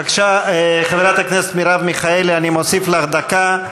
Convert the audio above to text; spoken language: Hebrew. בבקשה, חברת הכנסת מרב מיכאלי, אני מוסיף לך דקה.